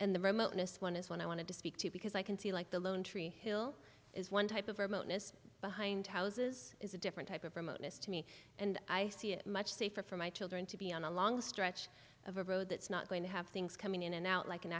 and the remoteness one is one i wanted to speak to because i can see like the lone tree hill is one type of remoteness behind houses is a different type of remoteness to me and i see it much safer for my children to be on a long stretch of a road that's not going to have things coming in and out like an